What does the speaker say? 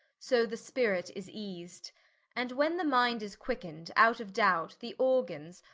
so the spirit is eased and when the mind is quickned, out of doubt the organs,